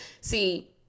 See